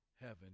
heaven